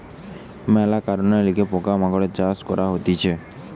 মেলা কারণের লিগে পোকা মাকড়ের চাষ করা হতিছে